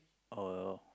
oh